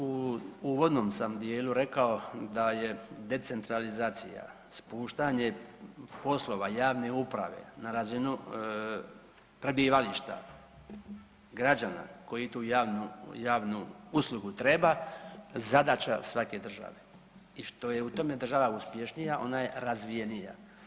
U uvodnom sam rekao da je decentralizacija spuštanje poslova javne uprave na razinu prebivališta građana koji tu javnu uslugu treba zadaća svake države i što je u tome država uspješnija ona je razvijenija.